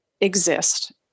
exist